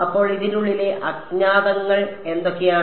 അപ്പോൾ ഇതിനുള്ളിലെ അജ്ഞാതങ്ങൾ എന്തൊക്കെയാണ്